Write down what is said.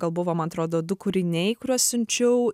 gal buvo man atrodo du kūriniai kuriuos siunčiau